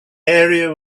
area